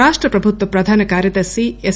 రాష్ట ప్రభుత్వ ప్రధాన కార్యదర్శి ఎస్